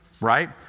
right